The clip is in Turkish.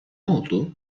oldu